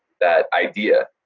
that idea.